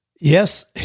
Yes